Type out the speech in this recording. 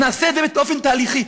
נעשה את באופן תהליכי.